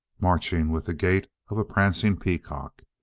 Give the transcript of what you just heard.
marching with the gait of a prancing peacock.